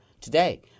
today